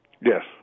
Yes